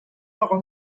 اقا